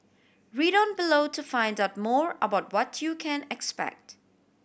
read on below to find out more about what you can expect